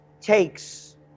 takes